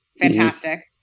Fantastic